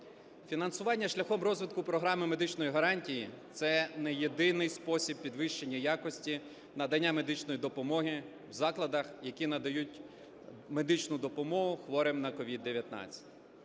Фінансування шляхом розвитку Програми медичних гарантій – це не єдиний спосіб підвищення якості надання медичної допомоги в закладах, які надають медичну допомогу хворим на COVID-19.